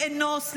לאנוס,